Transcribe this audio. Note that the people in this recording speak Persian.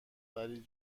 ولی